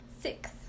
Six